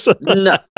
No